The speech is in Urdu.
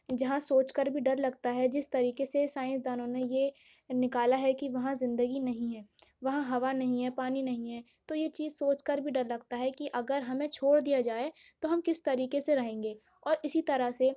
جہاں سوچ کر بھی ڈر لگتا ہے جس طریقے سے سائنسدانوں نے یہ نکالا ہے کہ وہاں زندگی نہیں ہے وہاں ہوا نہیں ہے پانی نہیں ہے تو یہ چیز سوچ کر بھی ڈر لگتا ہے کی اگر ہمیں چھوڑ دیا جائے تو ہم کس طریقے سے رہیں گے اور اسی طرح سے